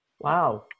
Wow